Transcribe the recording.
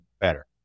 better